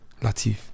Latif